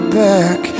back